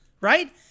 right